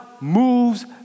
moves